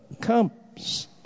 comes